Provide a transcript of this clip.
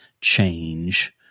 change